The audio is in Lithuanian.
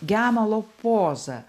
gemalo pozą